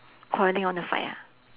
quarrelling wanna fight ha